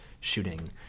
shooting